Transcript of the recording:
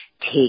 take